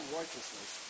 righteousness